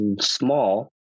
small